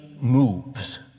moves